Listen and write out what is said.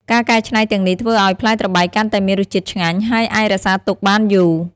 ការកែច្នៃទាំងនេះធ្វើឲ្យផ្លែត្របែកកាន់តែមានរសជាតិឆ្ងាញ់ ហើយអាចរក្សាទុកបានយូរ។